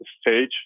stage